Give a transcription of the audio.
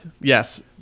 Yes